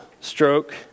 stroke